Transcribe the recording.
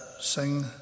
sing